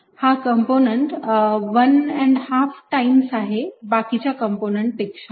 हा component 1 ½ times आहे बाकीच्या कंपोनेंट पेक्षा